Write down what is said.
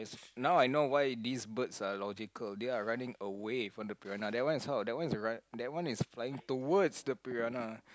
now I know why this birds are logical they are running away from the piranha that one is how that one is run that one is flying towards the piranha